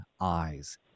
eyes